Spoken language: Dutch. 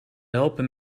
helpen